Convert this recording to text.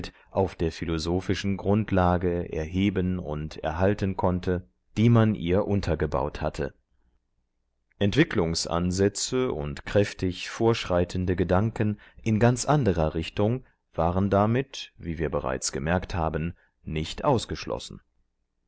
auf der philosophischen grundlage erheben und erhalten konnte die man ihr untergebaut hatte entwicklungsansätze und kräftig vorschreitende gedanken in ganz anderer richtung waren damit wie wir bereits bemerkt haben nicht ausgeschlossen